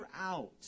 out